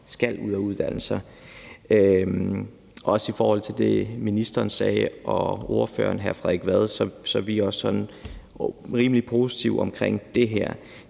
skal ud at uddanne sig. I forhold til det, ministeren og ordføreren hr. Frederik Vad sagde, er vi også sådan rimelig positive forhold til det her.